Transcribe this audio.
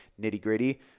nitty-gritty